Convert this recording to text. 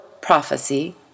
prophecy